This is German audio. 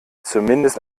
zumindest